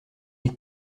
est